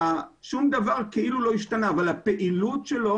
שום דבר כאילו לא השתנה אבל הפעילות שלו